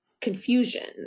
confusion